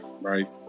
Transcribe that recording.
Right